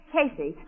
Casey